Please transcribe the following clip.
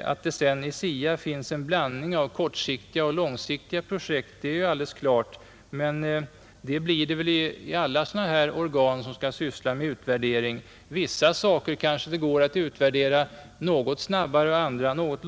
Det är alldeles klart att i SIA finns en blandning av kortsiktiga och långsiktiga projekt, men så blir det i alla organ som skall syssla med utvärdering. Vissa saker går kanske att utvärdera ganska snabbt, medan andra tar något